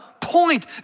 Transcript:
point